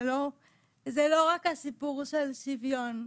זה לא רק הסיפור של שוויון.